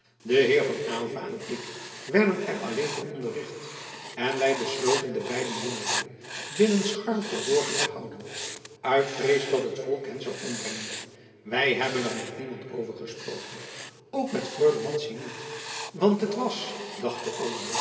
de heer van aylva en ik werden er alleen van onderricht en wij besloten de beide jongelingen binnen scharl verborgen te houden uit vrees dat het volk hen zou ombrengen wij hebben er met niemand over gesproken ook met freule madzy niet want het was dacht